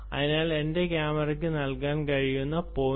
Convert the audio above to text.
അതിനാൽ എന്റെ ക്യാമറയ്ക്ക് നൽകാൻ കഴിയുന്നത് 0